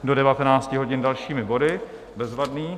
Do devatenácti hodin dalšími body, bezvadné.